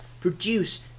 produce